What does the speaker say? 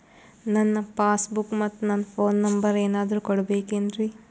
ನನ್ನ passbook ಮತ್ ನನ್ನ ಫೋನ್ ನಂಬರ್ ಏನಾದ್ರು ಕೊಡಬೇಕೆನ್ರಿ?